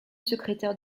secrétaire